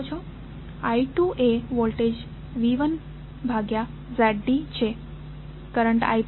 I2 એ voltage V1ZD છે અને કરંટ I3